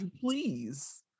Please